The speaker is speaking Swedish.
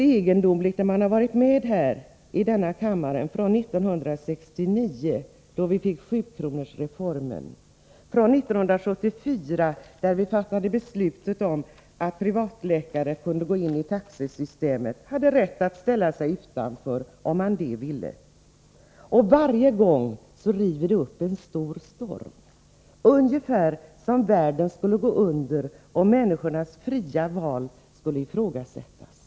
Jag har varit ledamot av denna kammare sedan 1969, då sjukronorsreformen genomfördes. Och år 1974 fattade vi beslutet om att privatläkare kunde ansluta sig till taxesystemet. Men de hade rätt att stå utanför, om de så ville. Mot den bakgrunden är det litet egendomligt att varje debatt i detta sammanhang river upp en stor storm. Det är som om världen skulle gå under om människornas möjligheter till fria val ifrågasattes.